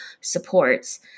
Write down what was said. supports